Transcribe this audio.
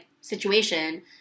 situation